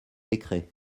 décrets